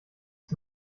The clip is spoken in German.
ist